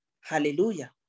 Hallelujah